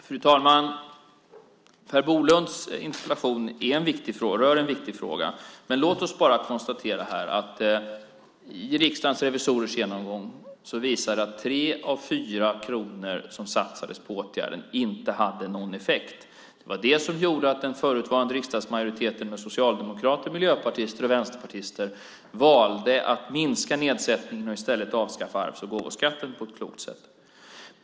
Fru talman! Per Bolunds interpellation rör en viktig fråga. Men låt oss bara konstatera att Riksdagens revisorers genomgång visar att 3 av 4 kronor som satsades på åtgärden inte hade någon effekt. Det var det som gjorde att den förutvarande riksdagsmajoriteten med socialdemokrater, miljöpartister och vänsterpartister valde att minska nedsättningen och i stället avskaffa arvs och gåvoskatten på ett klokt sätt.